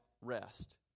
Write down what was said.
rest